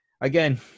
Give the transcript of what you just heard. again